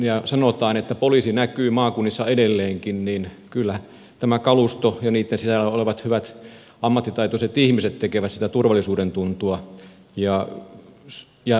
kun sanotaan että poliisi näkyy maakunnissa edelleenkin niin kyllä tämä kalusto ja niitten sisällä olevat hyvät ammattitaitoiset ihmiset tekevät sitä turvallisuuden tuntua ja ne tekevät kädet